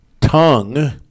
tongue